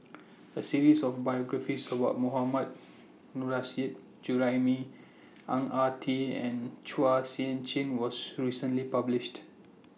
A series of biographies about Mohammad Nurrasyid Juraimi Ang Ah Tee and Chua Sian Chin was recently published